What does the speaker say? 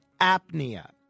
apnea